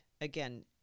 again